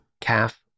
calf